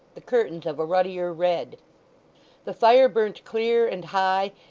the curtains of a ruddier red the fire burnt clear and high,